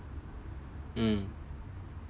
mm